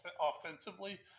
offensively